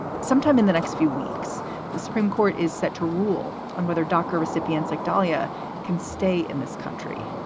sometime in the next few weeks the supreme court is set to rule on whether dr. recipients like dalia can stay in this country.